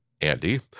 Andy